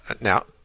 Now